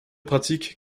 pratiques